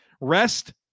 rest